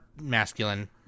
masculine